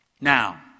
Now